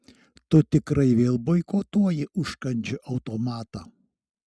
tu tikrai vėl boikotuoji užkandžių automatą